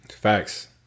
Facts